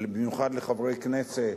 במיוחד לחברי כנסת,